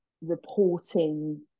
reporting